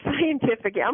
scientific